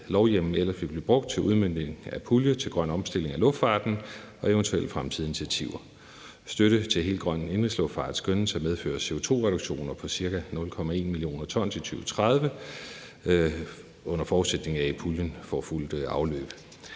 lovhjemmel ellers vil blive brugt til udmøntning af pulje til grøn omstilling af luftfarten og eventuelle fremtidige initiativer. Støtte til helt grøn indenrigsluftfart skønnes at medføre CO2-reduktioner på cirka 0,1 mio. t i 2030, under forudsætning af at puljen får fuldt afløb.